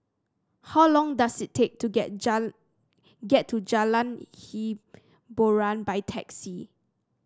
how long does it take to get get to Jalan Hiboran by taxi